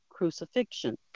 crucifixion